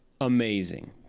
amazing